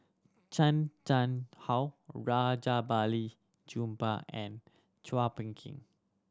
Chan Chang How Rajabali Jumabhoy and Chua Phung Kim